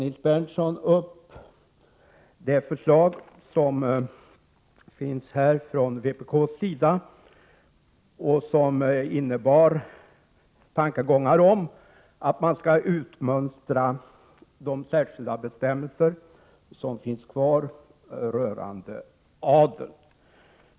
Nils Berndtson tog upp det förslag från vpk som går ut på att utmönstra de särskilda bestämmelser som finns kvar rörande adeln.